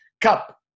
cup